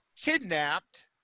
kidnapped